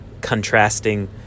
contrasting